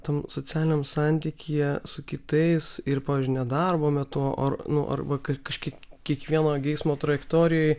tam socialiniam santykyje su kitais ir pavyzdžiui nedarbo metu ar nu arba kad kažkiek kiekvieno geismo trajektorijoj